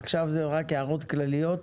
עכשיו זה רק הערות כלליות,